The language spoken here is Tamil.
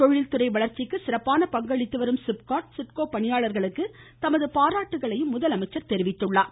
தொழில்துறை வளர்ச்சிக்கு சிறப்பான பங்களித்து வரும் சிப்காட் சிட்கோ பணியாளர்களுக்கு தனது பாராட்டுக்களையும் முதலமைச்சர் தெரிவித்தார்